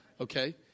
Okay